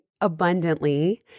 abundantly